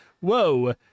Whoa